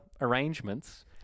arrangements